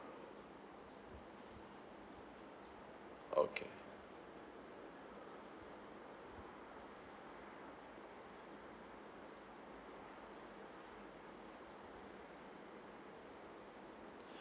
okay